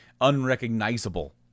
unrecognizable